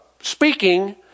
speaking